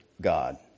God